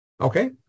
Okay